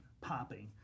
popping